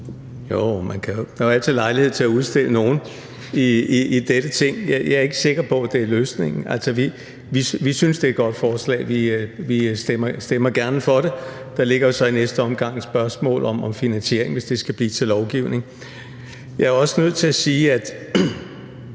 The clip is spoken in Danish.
Jo, der er jo altid lejlighed til at udstille nogen i dette Ting. Jeg er ikke sikker på, at det er løsningen. Altså, vi synes, det er et godt forslag, og vi stemmer gerne for det. Der ligger jo så i næste omgang et spørgsmål om finansiering, hvis det skal blive til lovgivning. Jeg er også nødt til at sige, at